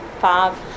five